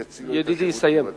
יצילו את השידורים הציבוריים.